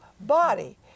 body